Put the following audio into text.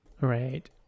Right